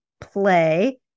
play